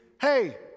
Hey